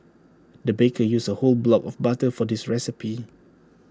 the baker used A whole block of butter for this recipe